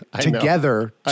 together